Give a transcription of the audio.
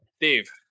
Dave